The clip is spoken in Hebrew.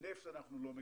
נפט אנחנו לא מכירים.